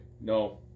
no